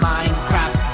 Minecraft